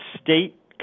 state